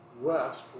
west